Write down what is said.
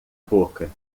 boca